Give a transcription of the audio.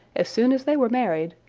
as soon as they were married,